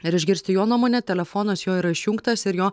ir išgirsti jo nuomonę telefonas jo yra išjungtas ir jo